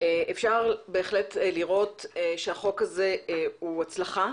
אפשר לראות שהחוק הזה הוא הצלחה.